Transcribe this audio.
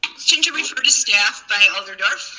to to refer to staff by alder dorff.